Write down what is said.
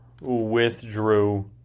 withdrew